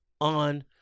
on